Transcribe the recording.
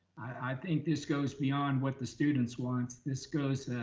i think this goes beyond what the students wants. this goes